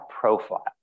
profile